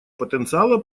потенциала